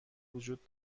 وجود